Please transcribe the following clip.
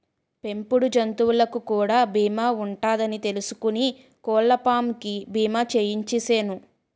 పెంపుడు జంతువులకు కూడా బీమా ఉంటదని తెలుసుకుని కోళ్ళపాం కి బీమా చేయించిసేను